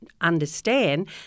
understand